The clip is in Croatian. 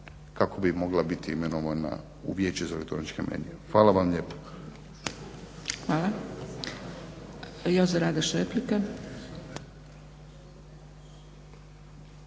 kako bi mogla biti imenovana u Vijeće za elektroničke medije. Hvala vam lijepo. **Zgrebec, Dragica